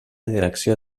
direcció